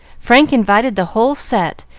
frank invited the whole set,